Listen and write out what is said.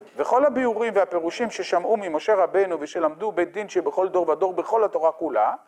וכל הביאורים והפירושים ששמעו ממשה רבנו ושלמדו בדין שבכל דור ודור בכל התורה כולה